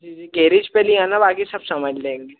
जी जी गैरिज पे लिआना बाकी सब समझ लेंगे